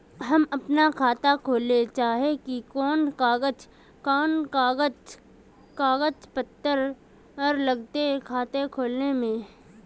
हम अपन खाता खोले चाहे ही कोन कागज कागज पत्तार लगते खाता खोले में?